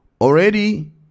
Already